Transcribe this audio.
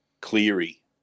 Cleary